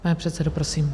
Pane předsedo, prosím.